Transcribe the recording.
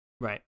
Right